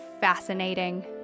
fascinating